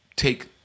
take